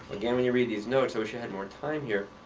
again, when you read these notes i wish i had more time here.